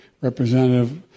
representative